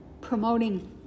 promoting